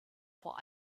vor